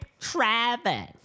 Travis